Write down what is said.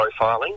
profiling